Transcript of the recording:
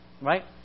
Right